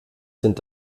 sind